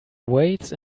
weights